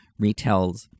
retells